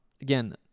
Again